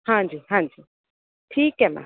ਹਾਂਜੀ ਹਾਂਜੀ ਠੀਕ ਹੈ ਮੈਮ